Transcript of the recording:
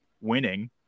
winning